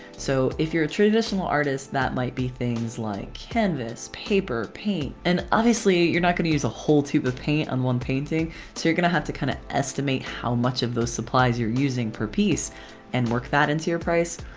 so if you're a traditional artist that might be things like canvas, paper, paint and obviously you're not going to use a whole tube of paint um one painting so you're gonna have to kind of estimate how much of those supplies you're using per piece and work that into your price.